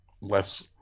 less